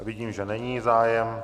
Vidím, že není zájem.